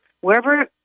Wherever